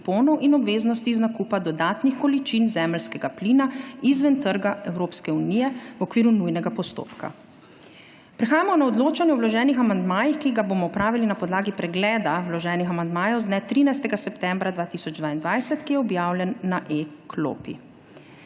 in obveznosti iz nakupa dodatnih količin zemeljskega plina izven trga Evropske unijev okviru nujnega postopka. Prehajamo na odločanje o vloženih amandmajih, ki ga bomo opravili na podlagi pregleda vloženih amandmajev z dne 13. septembra 2022, ki je objavljen na e-klopi.